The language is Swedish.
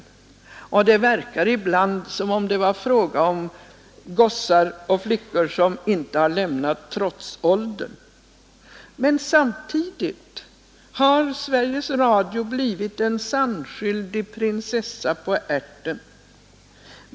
Det verkar ibland som om det vore fråga om gossar och flickor som inte har lämnat trotsåldern. Men samtidigt har Sveriges Radio blivit en sannskyldig prinsessa på ärten.